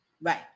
Right